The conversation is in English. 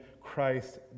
Christ